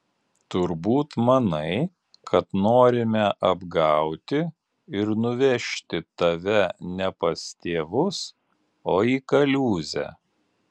turbūt manai kad norime apgauti ir nuvežti tave ne pas tėvus o į kaliūzę